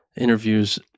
interviews